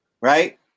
right